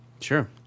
Sure